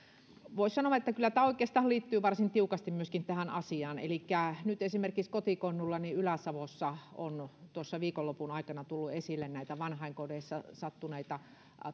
voi sanoa että kyllä tämä oikeastaan liittyy varsin tiukasti myöskin tähän asiaan elikkä nyt esimerkiksi kotikonnuillani ylä savossa on tuossa viikonlopun aikana tullut esille näitä vanhainkodeissa sattuneita